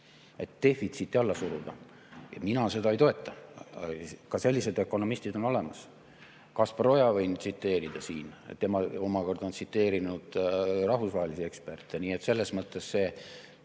et defitsiiti alla suruda. Mina seda ei toeta. Ka sellised ökonomistid on olemas. Kaspar Oja võin tsiteerida siin, tema omakorda on tsiteerinud rahvusvahelisi eksperte. Nii et selles mõttes see